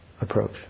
approach